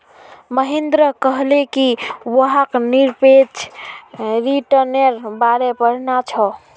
महेंद्र कहले कि वहाक् निरपेक्ष रिटर्न्नेर बारे पढ़ना छ